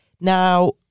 Now